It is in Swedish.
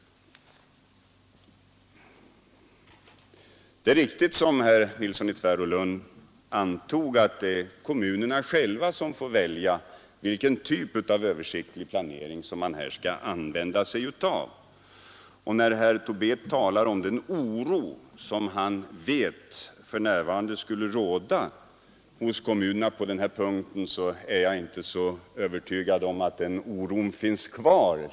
Det är riktigt som herr Nilsson i Tvärålund antog, att kommunerna själva får välja vilken typ av översiktlig planering de skall använda sig av. Och när herr Tobé talade om den oro som han visste för närvarande råder ute i kommunerna i det här fallet, så är jag inte övertygad om att den oron längre finns kvar.